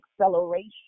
acceleration